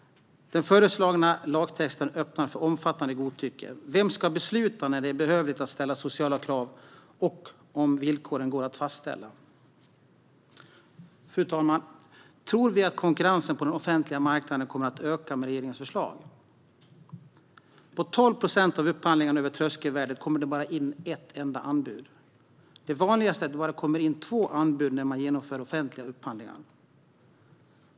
Den föreslagna lagtexten öppnar för omfattande godtycke. Vem ska besluta när det är behövligt att ställa sociala krav och om villkoren går att fastställa? Fru talman! Tror vi att konkurrensen på den offentliga marknaden kommer att öka med regeringens förslag? Vid 12 procent av upphandlingarna över tröskelvärdet kommer det bara in ett enda anbud. Det vanligaste är att det bara kommer in två anbud när man genomför offentliga upphandlingar.